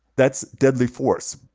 that's deadly force.